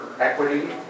equity